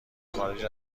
خارج